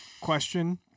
Question